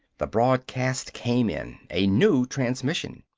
the broadcast came in a new transmission.